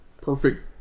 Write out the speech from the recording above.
perfect